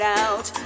out